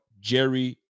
Jerry